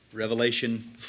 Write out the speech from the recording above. Revelation